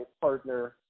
partner